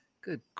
Good